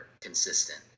consistent